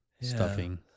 stuffing